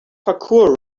parkour